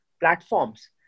platforms